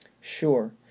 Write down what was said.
Sure